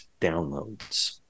downloads